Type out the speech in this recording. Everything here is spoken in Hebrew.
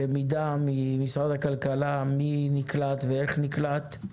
למידה ממשרד הכלכלה מי נקלט ואיך נקלט.